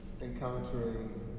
encountering